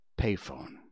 payphone